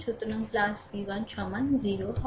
সুতরাং v1 সমান 0 হয়